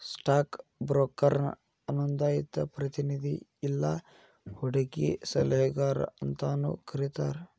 stock ಬ್ರೋಕರ್ನ ನೋಂದಾಯಿತ ಪ್ರತಿನಿಧಿ ಇಲ್ಲಾ ಹೂಡಕಿ ಸಲಹೆಗಾರ ಅಂತಾನೂ ಕರಿತಾರ